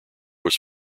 was